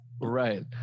right